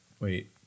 Wait